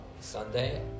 Sunday